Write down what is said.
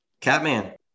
Catman